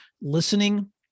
listening